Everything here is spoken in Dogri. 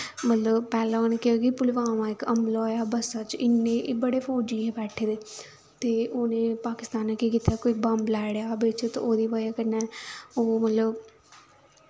मतलब पैह्लें उन्नै केह् कि पुलवामा इक हमला होएआ हा बस्सा च इन्ने बड़े फौजी हे बैठे दे ते उ'नें पाकिस्तानियें केह् कीता कोई बंब लाई ओड़ेआ बिच्च ते ओह्दी बज़ह् कन्नै ओह् मतलब